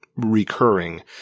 recurring